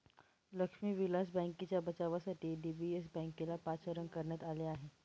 लक्ष्मी विलास बँकेच्या बचावासाठी डी.बी.एस बँकेला पाचारण करण्यात आले आहे